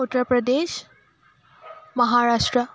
Uttar Pradesh Maharashtra